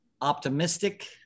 Optimistic